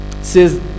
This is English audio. says